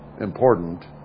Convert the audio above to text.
important